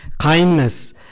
kindness